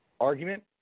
argument